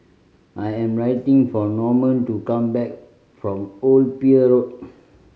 I am waiting for Norman to come back from Old Pier Road